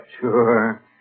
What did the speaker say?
Sure